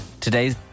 Today's